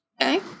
okay